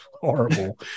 horrible